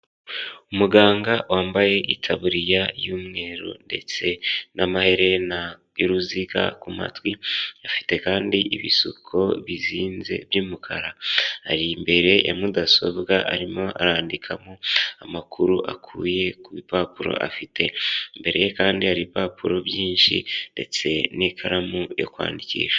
Umuganga wambaye itaburiya y'umweru ndetse n'amaherena y'uruziga ku matwi, afite kandi ibisuko bizinze by'umukara. Ari imbere ya mudasobwa arimo arandikamo amakuru akuye ku bipapuro afite. Imbere ye kandi hari ibipapuro byinshi ndetse n'ikaramu yo kwandikisha.